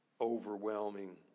overwhelming